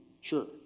Sure